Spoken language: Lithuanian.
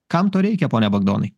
kam to reikia pone bagdonai